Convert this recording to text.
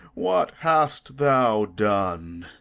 what hast thou done?